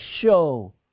show